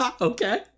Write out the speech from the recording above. Okay